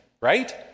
right